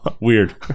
Weird